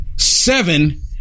Seven